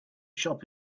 shop